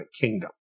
kingdom